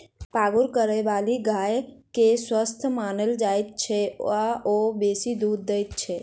पागुर करयबाली गाय के स्वस्थ मानल जाइत छै आ ओ बेसी दूध दैत छै